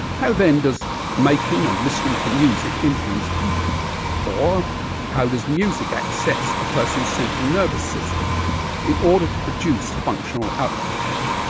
how then does making and listening to music influence people or how does music access a person's central nervous system in order to produce functional outcomes?